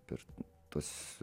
per tuos